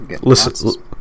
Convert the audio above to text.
Listen